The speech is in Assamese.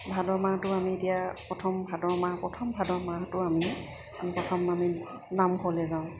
ভাদৰ মাহটো আমি এতিয়া প্ৰথম ভাদৰ মাহ প্ৰথম ভাদৰ মাহটো আমি প্ৰথম আমি নামঘৰলৈ যাওঁ